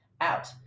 out